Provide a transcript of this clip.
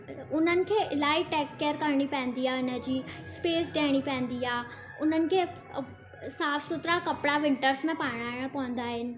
उन्हनि खे इलाही टैक केयर करिणी पवंदी आहे इन जी स्पेस ॾियणी पवंदी आहे उन्हनि खे साफ़ु सुथरा कपिड़ा विंटर्स में पाराइणा पवंदा आहिनि